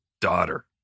daughter